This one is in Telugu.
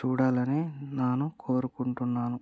సూడాలని నాను కోరుకుంటున్నాను